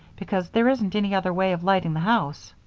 because there isn't any other way of lighting the house.